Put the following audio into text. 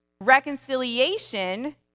Reconciliation